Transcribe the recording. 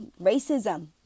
racism